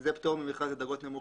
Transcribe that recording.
זה פטור ממכרז לדרגות נמוכות,